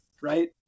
right